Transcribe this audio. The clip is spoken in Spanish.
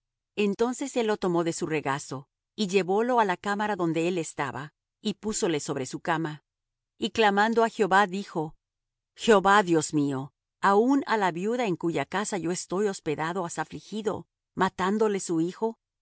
entonces él lo tomó de su regazo y llevólo á la cámara donde él estaba y púsole sobre su cama y clamando á jehová dijo jehová dios mío aun á la viuda en cuya casa yo estoy hospedado has afligido matándole su hijo